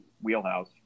wheelhouse